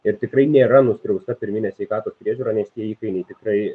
ir tikrai nėra nuskriausta pirminė sveikatos priežiūra nes tie įkainiai tikrai